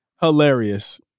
hilarious